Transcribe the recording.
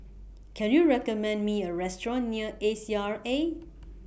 Can YOU recommend Me A Restaurant near A C R A